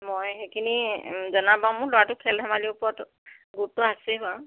মই সেইখিনি জনাম বাৰু মোৰ ল'ৰাটোৰ খেল ধেমালীৰ ওপৰত গুৰুত্ব আছেই বাৰু